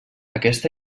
aquesta